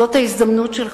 זאת ההזדמנות שלך.